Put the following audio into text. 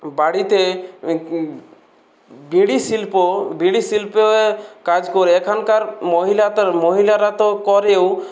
বাড়িতে বিড়ি শিল্প বিড়ি শিল্পের কাজ করে এখানকার মহিলা তার মহিলারা তো করেও